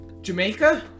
Jamaica